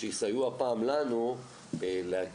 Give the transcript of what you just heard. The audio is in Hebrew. שיסייעו הפעם לנו להקים